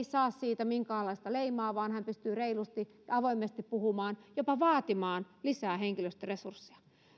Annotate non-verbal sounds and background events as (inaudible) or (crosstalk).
(unintelligible) saa siitä minkäänlaista leimaa vaan hän pystyy reilusti ja avoimesti puhumaan ja jopa vaatimaan lisää henkilöstöresursseja